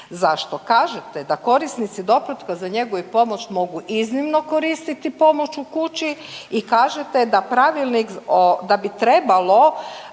Zašto? Kažete da korisnici doplatka za njegu i pomoć mogu iznimno koristiti pomoć u kući i kažete da pravilnik